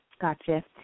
Gotcha